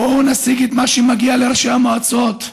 בואו נשיג את מה שמגיע לראשי המועצות,